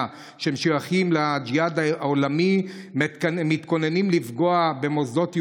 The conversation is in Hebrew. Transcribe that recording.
ששייכים לג'יהאד העולמי ומתכוננים לפגוע במוסדות יהודיים,